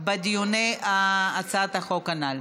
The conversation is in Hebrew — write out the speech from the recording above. בדיונים בהצעת החוק הנ"ל.